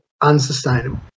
unsustainable